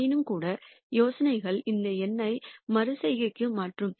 ஆயினும்கூட யோசனைகள் இந்த எண்ணை மறு செய்கைக்கு மாற்றும்